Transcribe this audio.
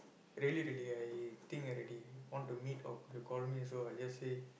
really really I think already want to meet or she call me also I just say